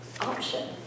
option